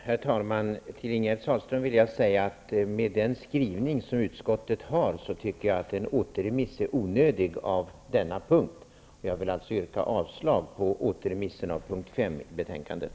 Herr talman! Till Ingegerd Sahlström vill jag säga att med den skrivning som utskottet har gjort tycker jag att en återremiss av detta moment är onödig. Jag vill alltså yrka avslag på återremiss av mom. 5 i betänkandet.